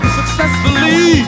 successfully